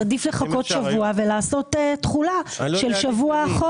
עדיף לחכות שבוע ולעשות תחולה של שבוע קודם.